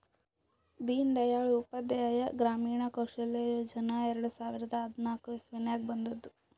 ದೀನ್ ದಯಾಳ್ ಉಪಾಧ್ಯಾಯ ಗ್ರಾಮೀಣ ಕೌಶಲ್ಯ ಯೋಜನಾ ಎರಡು ಸಾವಿರದ ಹದ್ನಾಕ್ ಇಸ್ವಿನಾಗ್ ಬಂದುದ್